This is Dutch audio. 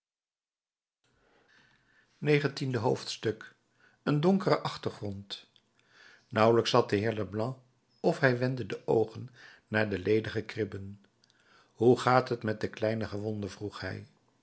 negentiende hoofdstuk een donkere achtergrond nauwelijks zat de heer leblanc of hij wendde de oogen naar de ledige kribben hoe gaat het met de kleine gewonde vroeg hij